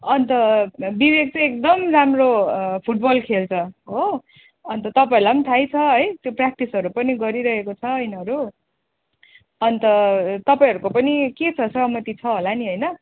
अन्त विवेक चाहिँ एकदम राम्रो फुटबल खेल्छ हो अन्त तपाईँहरूलाई पनि थाहै छ है त्यो प्र्याक्टिसहरू पनि गरिरहेको छ यिनीहरू अन्त तपाईँहरूको पनि के छ सहमति छ होला नि होइन